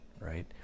right